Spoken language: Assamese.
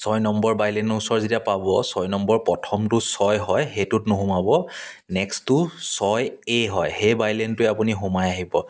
ছয় নম্বৰ বাইলেনৰ ওচৰ যেতিয়া পাব ছয় নম্বৰ প্ৰথমটো ছয় হয় সেইটোত নুসোমাব নেক্সটো ছয় এ হয় সেই বাইলেনটোৱে আপুনি সোমাই আহিব